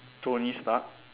Tony Stark